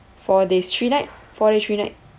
four days three night four day three night